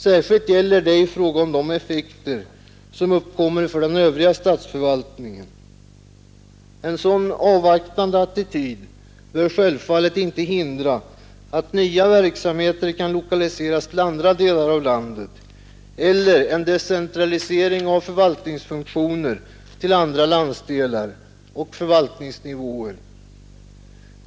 Särskilt gäller detta i fråga om de effekter som uppkommer för den övriga statsförvaltningen. En sådan avvaktande attityd bör självfallet inte hindra att nya verksamheter kan lokaliseras till andra delar av landet, eller att en decentralisering av förvaltningsfunktioner sker till andra landsdelar och förvaltningsnivåer.